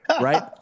right